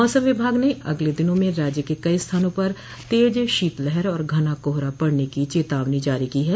मौसम विभाग ने अगले दिनों में राज्य के कई स्थानों पर तेज शीतलहर और घना कोहरा पड़ने की चेतावनी जारी की है